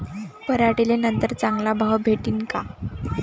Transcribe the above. पराटीले नंतर चांगला भाव भेटीन का?